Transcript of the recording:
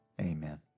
Amen